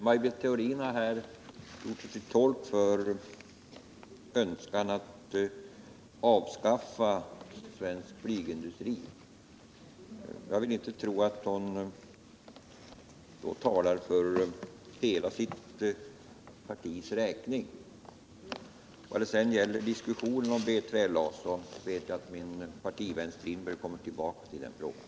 Maj Britt Theorin har gjort sig till tolk för önskan att avskaffa svensk flygindustri. Jag vill inte tro att hon då talar för hela sitt partis räkning. Vad sedan gäller diskussionen om B3LA vet jag att min partivän Per-Olof Strindberg kommer tillbaka till den frågan.